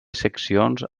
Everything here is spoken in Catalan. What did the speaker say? seccions